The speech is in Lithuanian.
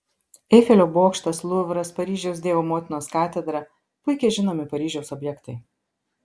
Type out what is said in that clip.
eifelio bokštas luvras paryžiaus dievo motinos katedra puikiai žinomi paryžiaus objektai